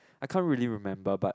I can't really remember but